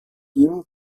ihm